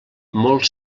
molt